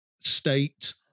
State